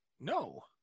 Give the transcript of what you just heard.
No